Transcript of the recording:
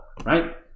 Right